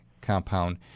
compound